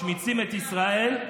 משמיצים את ישראל,